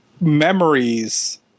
memories